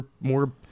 more